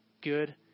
good